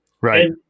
Right